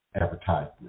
advertisement